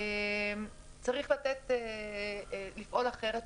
צריך לפעול אחרת.